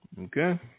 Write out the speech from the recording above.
Okay